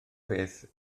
beth